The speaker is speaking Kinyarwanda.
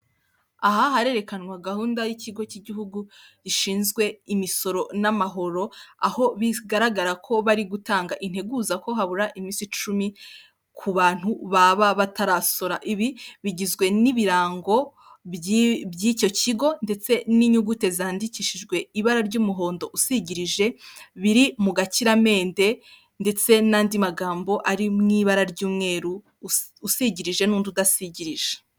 Aha harerekanwa gahunda y'ikigo cy'igihugu gishinzwe imisoro n'amahoro, aho bigaragara ko bari gutanga integuza ko habura iminsi icumi ku bantu baba batarasora, ibi bigizwe n'ibirango by'icyo kigo ndetse n'inyuguti zandikishijwe ibara ry'umuhondo usigirije, biri mu gakirampende ndetse n'andi magambo ari mu ibara ry'umweru usigirije n'undi udasigirije.